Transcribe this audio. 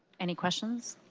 any questions?